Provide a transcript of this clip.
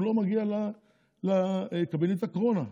הוא לא מגיע לקבינט הקורונה.